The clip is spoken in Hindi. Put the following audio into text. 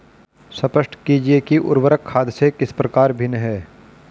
स्पष्ट कीजिए कि उर्वरक खाद से किस प्रकार भिन्न है?